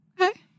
Okay